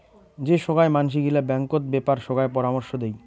যে সোগায় মানসি গিলা ব্যাঙ্কত বেপার সোগায় পরামর্শ দেই